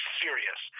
serious